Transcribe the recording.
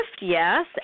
yes